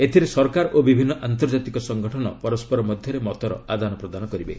ଏଥିରେ ସରକାର ଓ ବିଭିନ୍ନ ଆନ୍ତର୍ଜାତିକ ସଙ୍ଗଠନ ପରସ୍କର ମଧ୍ୟରେ ମତର ଆଦାନ ପ୍ରଦାନ କରିବେ